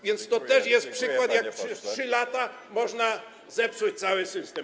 Więc to też jest przykład, jak przez 3 lata można zepsuć cały system.